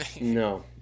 No